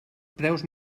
preus